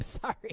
sorry